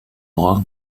brun